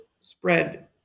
spread